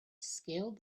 scaled